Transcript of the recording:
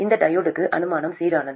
இந்த டையோடுக்கு அனுமானம் சீரானது